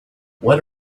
what